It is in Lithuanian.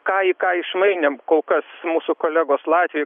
ką į ką išmainėm kol kas mūsų kolegos latviai